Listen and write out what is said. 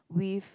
with